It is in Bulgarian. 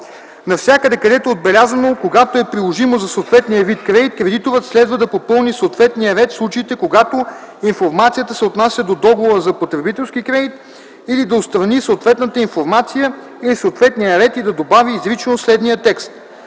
Навсякъде, където е отбелязано "Когато е приложимо за съответния вид кредит", кредиторът следва да попълни съответния ред в случаите, когато информацията се отнася до договора за потребителски кредит, или да отстрани съответната информация или съответния ред и да добави изрично следния текст: